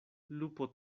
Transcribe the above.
lupo